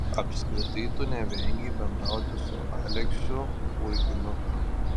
apskritai tu nevengei bendrauti su aleksiu churginu